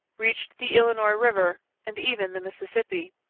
reached the illinois river, and even the mississippi.